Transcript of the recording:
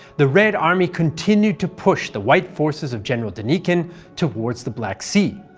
the red army continued to push the white forces of general denikin towards the black sea.